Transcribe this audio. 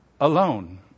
alone